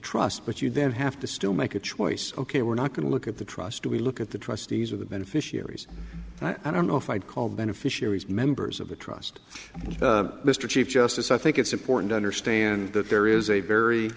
trust but you then have to still make a choice ok we're not going to look at the trust we look at the trustees are the beneficiaries i don't know if i'd call beneficiaries members of the trust mr chief justice i think it's important to understand that there is a very